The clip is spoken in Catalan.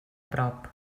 prop